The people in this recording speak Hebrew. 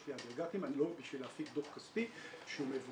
יש לי אגרגטים בשביל להפעיל דוח כספי שהוא מבוקר.